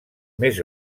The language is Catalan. més